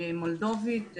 מולדובית,